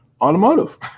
automotive